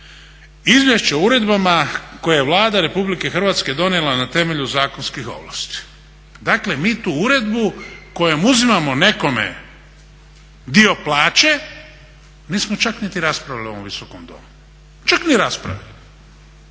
Izvješće o uredbama koje je Vlada Republike Hrvatske donijela na temelju zakonskih ovlasti. Dakle, mi tu uredbu kojom uzimamo nekome dio plaće nismo čak niti raspravili u ovom Visokom domu, čak ni raspravili.